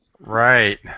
Right